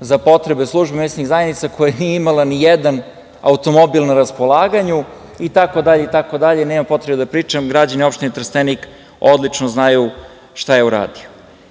za potrebe službe mesne zajednice koja nije imala nijedan automobil na raspolaganju itd. Nemam potrebe da pričam, građani opštine Trstenik odlično znaju šta je uradio. Dok